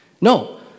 No